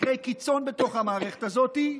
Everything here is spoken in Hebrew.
מקרי קיצון בתוך המערכת הזאת,